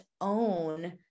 own